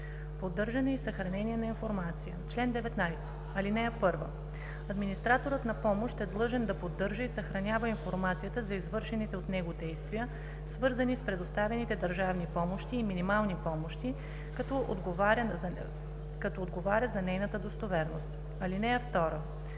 „Поддържане и съхраняване на информация Чл. 19. (1) Администраторът на помощ е длъжен да поддържа и съхранява информацията за извършените от него действия, свързани с предоставените държавни помощи и минимални помощи, като отговаря за нейната достоверност. (2)